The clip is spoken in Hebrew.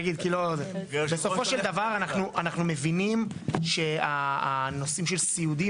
אנחנו מבינים שהנושאים של סיעודי,